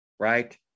Right